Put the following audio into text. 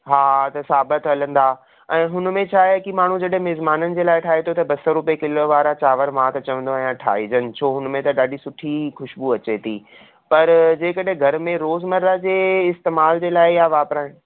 हा त साबित हलंदा ऐं हुन में छा आहे की माण्हू जॾहिं मिज़माननि जे लाइ ठाहे थो त ॿ सौ रुपये किलो वारा चांवर मां त चवंदो आहियां ठाहे जनि छो हुन में त ॾाढी सुठी ख़ुश्बू अचे थी पर जे कॾहिं घर में रोज़ मरा जे इस्तेमालु जे लाइ या वापराए